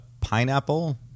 pineapple